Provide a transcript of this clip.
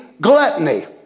gluttony